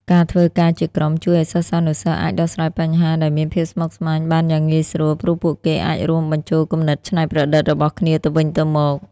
ការធ្វើការជាក្រុមជួយឲ្យសិស្សានុសិស្សអាចដោះស្រាយបញ្ហាដែលមានភាពស្មុគស្មាញបានយ៉ាងងាយស្រួល ព្រោះពួកគេអាចរួមបញ្ចូលគំនិតច្នៃប្រឌិតរបស់គ្នាទៅវិញទៅមក។